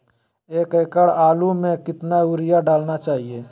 एक एकड़ आलु में कितना युरिया डालना चाहिए?